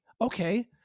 Okay